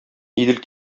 идел